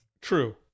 True